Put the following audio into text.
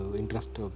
interest